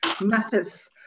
matters